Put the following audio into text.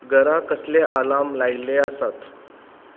घरा कसले आलार्म लायिल्ले आसात